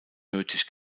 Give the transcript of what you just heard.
nötig